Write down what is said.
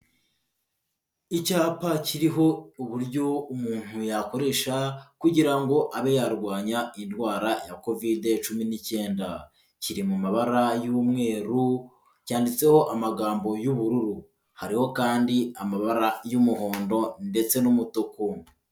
Icyapa kiriho uburyo umuntu yakoresha kugira ngo abe yarwanya indwara ya Kovide cumi n'icyenda, kiri mu mabara y'umweru, cyanditseho amagambo y'ubururu, hariho kandi amabara y'umuhondo ndetse n'umutuku.